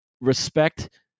respect